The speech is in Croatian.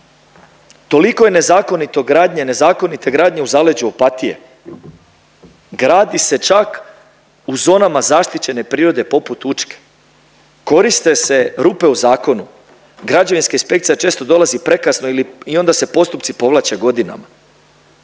Toliko je nezakonite gradnje u zaleđu Opatije, gradi se čak u zonama zaštićene prirode poput Učke, koriste se rupe u zakonu. Građevinska inspekcija često dolazi prekasno i onda se postupci povlače godinama.